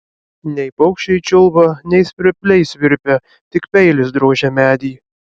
nei paukščiai čiulba nei svirpliai svirpia tik peilis drožia medį